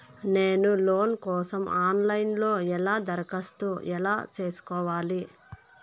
నేను లోను కోసం online లో ఎలా దరఖాస్తు ఎలా సేసుకోవాలి?